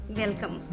welcome